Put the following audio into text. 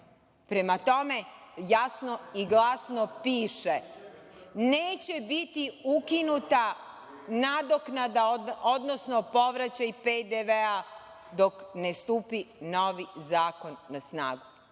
Prema tome, jasno i glasno piše – neće biti ukinuta nadoknada odnosno povraćaj PDV-a dok ne stupi novi zakon na snagu.